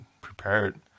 prepared